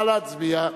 נא להצביע.